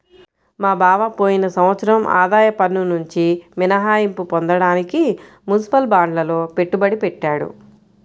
మా బావ పోయిన సంవత్సరం ఆదాయ పన్నునుంచి మినహాయింపు పొందడానికి మునిసిపల్ బాండ్లల్లో పెట్టుబడి పెట్టాడు